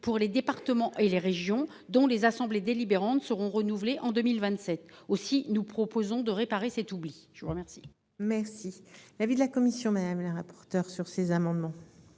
pour les départements et les régions dont les assemblées délibérantes seront renouvelés en 2027 aussi, nous proposons de réparer cet oubli. Je vous remercie. Merci. L'avis de la commission, même la rapporteur sur ces amendements.